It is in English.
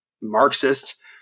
Marxist